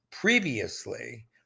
Previously